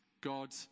God